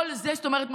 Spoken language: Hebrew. זאת אומרת,